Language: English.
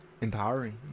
Empowering